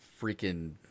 freaking